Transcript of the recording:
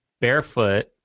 barefoot